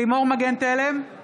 לימור מגן תלם, נגד אמילי חיה